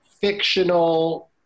fictional